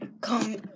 come